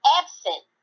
absent